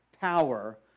power